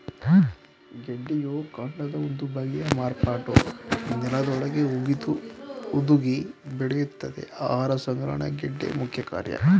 ಗೆಡ್ಡೆಯು ಕಾಂಡದ ಒಂದು ಬಗೆಯ ಮಾರ್ಪಾಟು ನೆಲದೊಳಗೇ ಹುದುಗಿ ಬೆಳೆಯುತ್ತದೆ ಆಹಾರ ಸಂಗ್ರಹಣೆ ಗೆಡ್ಡೆ ಮುಖ್ಯಕಾರ್ಯ